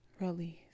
release